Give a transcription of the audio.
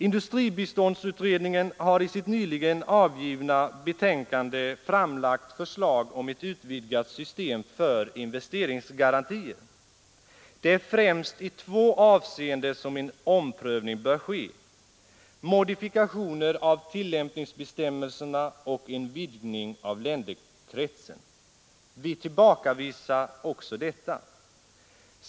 Industribiståndsutredningen har i sitt nyligen avgivna betänkande framlagt förslag om ett utvidgat system för investeringsgarantier. Det är främst i två avseenden som en omprövning bör ske: modifikationer av tillämpningsbestämmelserna och en vidgning av länderkretsen. Vi tillbakavisar också detta.